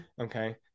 Okay